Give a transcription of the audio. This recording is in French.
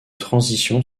transition